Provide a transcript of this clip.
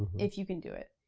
if you can do it.